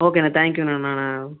ஓகேண்ணா தேங்க்யூங்கண்ணா நான்